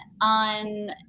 on